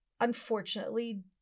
unfortunately